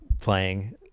playing